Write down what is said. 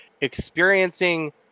experiencing